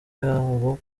yabo